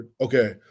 Okay